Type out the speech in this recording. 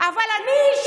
אבל אני,